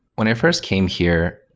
when i first came here,